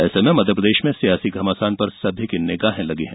ऐसे में मध्यप्रदेश में सियासी घमासान पर सभी की निगाहें लगी हैं